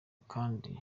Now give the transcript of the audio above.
kandi